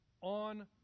on